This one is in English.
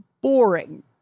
boring